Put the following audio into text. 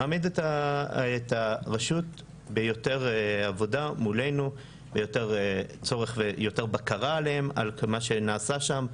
מעמיד את הרשות ביותר עבודה מולנו ויותר בקרה עליהם על מה שנעשה שם.